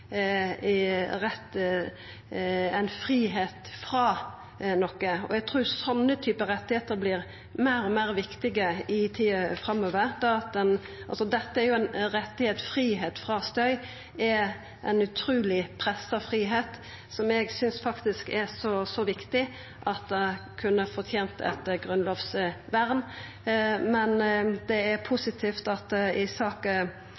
sånne typar rettar vert meir og meir viktige i tida framover. Dette er jo ein rett. Fridom frå støy er ein utruleg pressa fridom, som eg faktisk synest er så viktig at det kunna ha fortent eit grunnlovsvern. Men det er positivt at det i saka